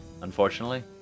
unfortunately